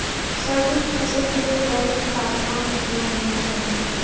सरसों की फसल के लिए दैनिक तापमान कितना होना चाहिए?